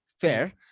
Fair